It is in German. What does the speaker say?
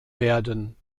werden